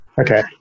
Okay